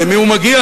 למי הוא מגיע,